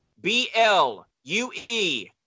B-L-U-E